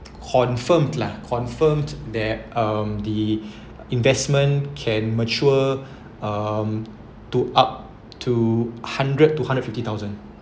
confirmed lah confirmed that um the investment can mature um to up to hundred to hundred fifty thousand